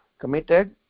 committed